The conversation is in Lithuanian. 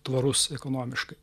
tvarus ekonomiškai